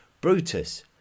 Brutus